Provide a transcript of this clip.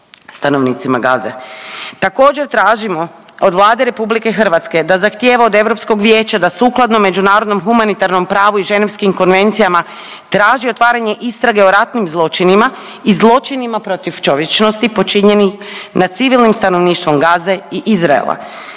stanovnicima Gaze. Također tražimo od Vlade RH da zahtjeva od Europskog vijeća da sukladno međunarodnom humanitarnom pravu i ženevskim konvencijama traži otvaranje istrage o ratnim zločinima i zločinima protiv čovječnosti počinjenih nad civilnim stanovništvom Gaze i Izraela.